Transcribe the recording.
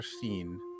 seen